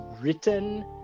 written